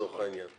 לצורך העניין.